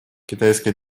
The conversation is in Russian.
китайская